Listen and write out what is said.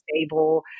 stable